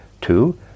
Two